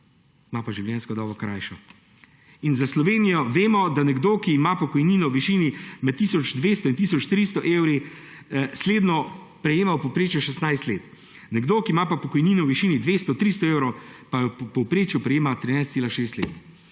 ima pa življenjsko dobo krajšo. In za Slovenijo vemo, da nekdo, ki ima pokojnino v višini med tisoč 200 in tisoč 300 evri, slednjo prejema v povprečju 16 let. Nekdo, ki ima pa pokojnino v višini 200, 300 evrov, pa jo v povprečju prejema 13,6 let.